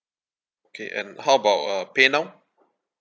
okay and how about uh paynow